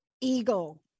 Eagle